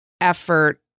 effort